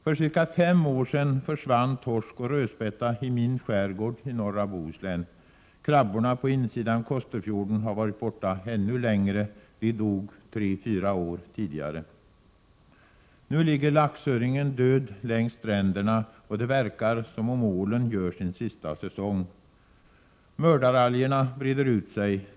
För cirka fem år sedan försvann torsk och rödspätta i min skärgård i norra Bohuslän. Krabborna på insidan Kosterfjorden har varit borta ännu längre. De dog tre fyra år tidigare. Nu ligger laxöringen död längs stränderna, och det verkar som om ålen gör sin sista säsong. Mördaralgerna breder ut sig.